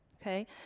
okay